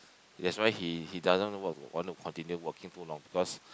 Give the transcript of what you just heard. that's why he he doesn't work want to continue working too long because